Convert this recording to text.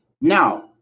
Now